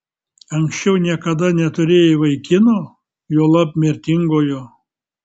anksčiau niekada neturėjai vaikino juolab mirtingojo